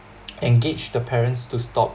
engage the parents to stop